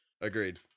Agreed